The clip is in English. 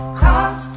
cross